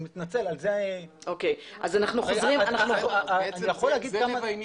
אני מתנצל, על זה --- בעצם זה לב העניין.